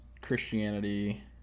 Christianity